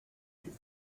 you